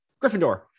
Gryffindor